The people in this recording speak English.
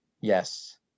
Yes